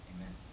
Amen